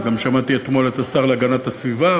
וגם שמעתי אתמול את השר להגנת הסביבה,